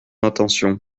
attention